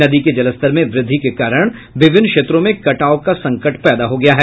नदी के जलस्तर में वृद्धि के कारण विभिन्न क्षेत्रों में कटाव का संकट पैदा हो गया है